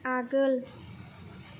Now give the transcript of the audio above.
आगोल